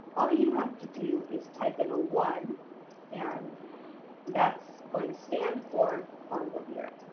all you have to do is type in a one and that's going to stand for bongo beer.